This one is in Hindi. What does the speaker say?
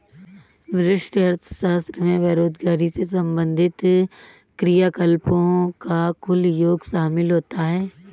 व्यष्टि अर्थशास्त्र में बेरोजगारी से संबंधित क्रियाकलापों का कुल योग शामिल होता है